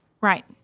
Right